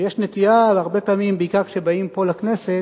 הרבה פעמים יש נטייה, בעיקר כשבאים פה לכנסת,